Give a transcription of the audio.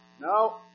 No